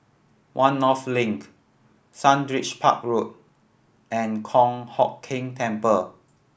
One North Link Sundridge Park Road and Kong Hock Keng Temple